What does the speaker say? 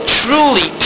truly